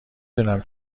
دونم